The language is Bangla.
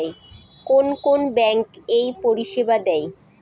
কোন কোন ব্যাঙ্ক এই পরিষেবা দেয়?